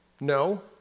No